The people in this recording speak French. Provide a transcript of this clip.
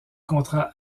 contrat